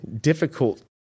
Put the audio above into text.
Difficult